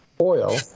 oil